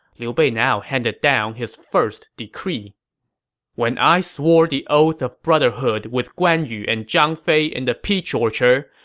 liu bei now handed down his first decree when i swore the oath of brotherhood with guan yu and zhang fei in the peach orchard,